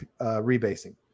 rebasing